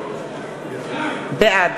בעד